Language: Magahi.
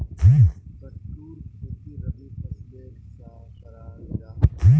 कुट्टूर खेती रबी फसलेर सा कराल जाहा